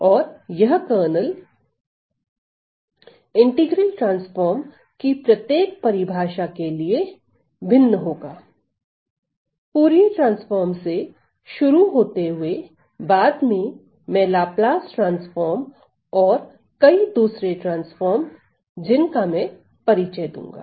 और यह kernel integral transform कि प्रत्येक परिभाषा के लिए भिन्न होगा फूरिये ट्रांसफार्म से शुरू होते हुए बाद में लाप्लास ट्रांसफार्म और कई दूसरे ट्रांसफॉर्म्स जिन का परिचय मैं दूंगा